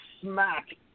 smack